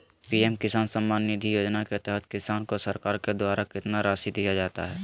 PM Kisan Samman Nidhi Yojana के तहत किसान को सरकार के द्वारा कितना रासि दिया जाता है?